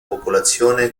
popolazione